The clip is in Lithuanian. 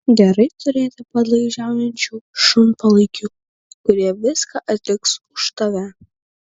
gerai turėti padlaižiaujančių šunpalaikių kurie viską atliks už tave